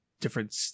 Different